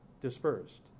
dispersed